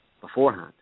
beforehand